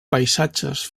paisatges